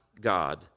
God